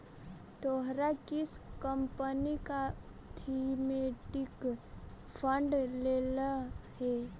तोहरा किस कंपनी का थीमेटिक फंड लेलह हे